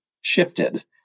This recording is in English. shifted